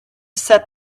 set